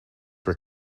were